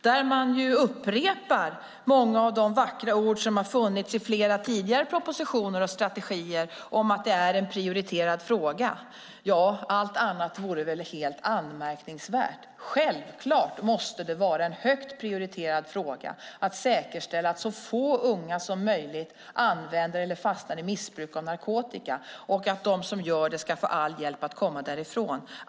Där upprepar man många av de vackra ord som har funnits i flera tidigare propositioner och strategier om att det är en prioriterad fråga. Ja, allt annat vore väl anmärkningsvärt. Självklart måste det vara en högt prioriterad fråga att säkerställa att så få unga som möjligt använder eller fastnar i missbruk av narkotika och att de som gör det ska få all hjälp att komma därifrån.